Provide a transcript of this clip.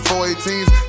418s